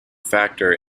factor